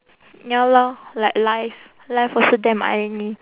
ya lor like life life also damn irony